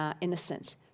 innocent